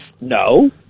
No